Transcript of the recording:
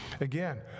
Again